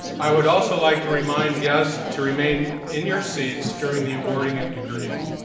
i would also like to remind guests to remain in your seats during the awarding of degrees.